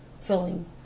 filling